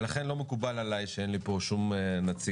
לכן לא מקובל עלי שאין לי פה שום נציג